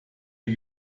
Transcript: dem